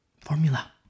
Formula